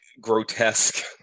grotesque